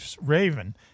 Raven